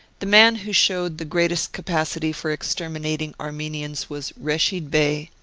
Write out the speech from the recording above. the man who showed the greatest capacity for exter minating armenians was reshid bey,